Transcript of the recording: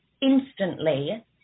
instantly